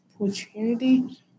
opportunity